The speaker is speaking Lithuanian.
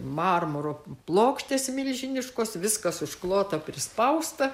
marmuro plokštės milžiniškos viskas užklota prispausta